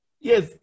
yes